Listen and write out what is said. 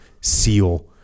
SEAL